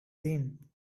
seen